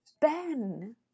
ben